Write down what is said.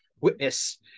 witness